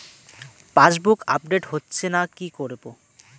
Passbook update হচ্ছেনা কি করবো?